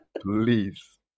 Please